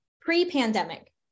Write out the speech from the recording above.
pre-pandemic